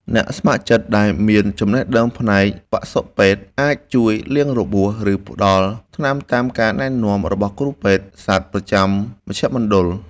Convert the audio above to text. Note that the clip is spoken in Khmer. អ្នកស្ម័គ្រចិត្តដែលមានចំណេះដឹងផ្នែកបសុពេទ្យ អាចជួយលាងរបួស ឬផ្ដល់ថ្នាំតាមការណែនាំរបស់គ្រូពេទ្យសត្វប្រចាំមជ្ឈមណ្ឌល។